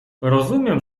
rozumiem